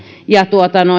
ja